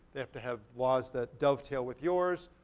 they have to have laws that dovetail with yours,